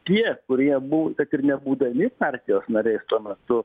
tie kurie bū kad ir nebūdami partijos nariais tuo metu